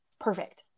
perfect